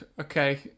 Okay